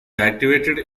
activated